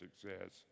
success